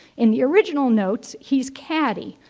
in the original notes, he's caddy,